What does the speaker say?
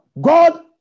God